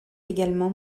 également